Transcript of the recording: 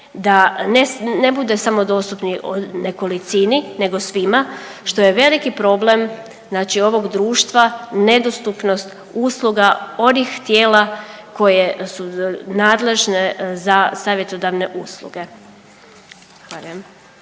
ne, ne bude samo dostupni nekolicini nego svima što je veliki problem znači ovog društva nedostupnost usluga onih tijela koje su nadležne za savjetodavne usluge. Zahvaljujem.